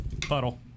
Puddle